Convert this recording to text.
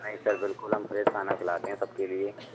नहीं सर बिलकुल हम फ्रेस खाना खिलाते है सबके लिए